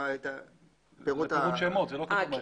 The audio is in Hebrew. ב-(8)